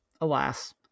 alas